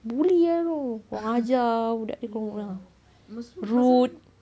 buli lah tu kurang ajar budak ni ah rude